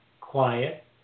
quiet